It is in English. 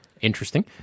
Interesting